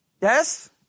Yes